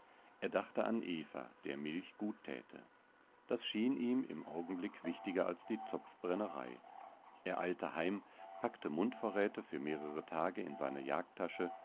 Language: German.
er dachte an eva der milch gut täte das schien ihm im augenblick wichtiger als die topfbrennerei er eilte heim packte mundvorräte für mehrere tage in seine